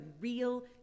real